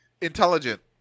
intelligent